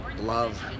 Love